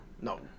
No